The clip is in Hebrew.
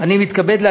אבל הנושא הזה